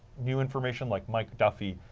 new information like like duffy,